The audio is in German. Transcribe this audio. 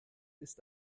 ist